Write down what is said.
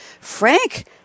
frank